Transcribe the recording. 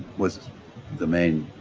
was the main